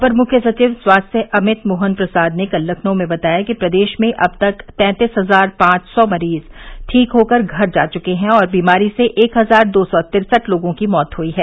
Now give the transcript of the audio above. अपर मुख्य सचिव स्वास्थ्य अमित मोहन प्रसाद ने कल लखनऊ में बताया कि प्रदेश में अब तक तैंतीस हजार पांच सौ मरीज ठीक होकर घर जा चुके हैं और बीमारी से एक हजार दो सौ तिरसठ लोगों की मौत हुई है